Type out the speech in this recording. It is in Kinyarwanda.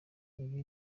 iba